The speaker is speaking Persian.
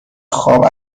خواب